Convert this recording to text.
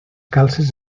calces